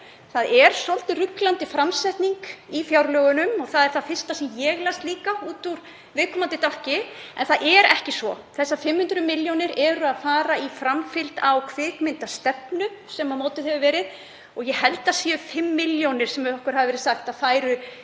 Það er svolítið ruglandi framsetning í fjárlögunum, það er það fyrsta sem ég las líka út úr viðkomandi dálki. En það er ekki svo. Þessar 500 milljónir fara í framfylgd á kvikmyndastefnu sem mótuð hefur verið og ég held að það séu 5 milljónir sem okkur hefur verið sagt að fari